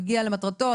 מגיע למטרתו?